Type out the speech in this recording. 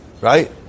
right